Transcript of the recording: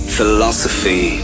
Philosophy